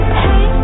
Hey